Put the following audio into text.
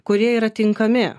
kurie yra tinkami